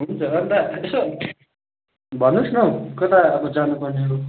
हुन्छ अन्त यसो भन्नुहोस् न हौ कता अब जानुपर्ने हो